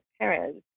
parents